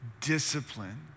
discipline